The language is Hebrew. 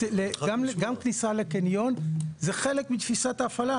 גם כניסה לקניון זה חלק מתפיסת ההפעלה.